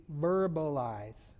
verbalize